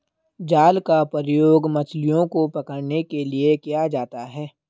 जाल का प्रयोग मछलियो को पकड़ने के लिये किया जाता है